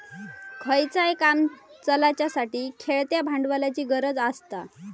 खयचाय काम चलाच्यासाठी खेळत्या भांडवलाची गरज आसता